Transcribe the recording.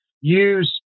use